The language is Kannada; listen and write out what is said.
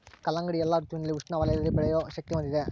ಕಲ್ಲಂಗಡಿ ಎಲ್ಲಾ ಋತುವಿನಲ್ಲಿ ಉಷ್ಣ ವಲಯದಲ್ಲಿ ಬೆಳೆಯೋ ಶಕ್ತಿ ಹೊಂದಿದೆ